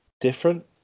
different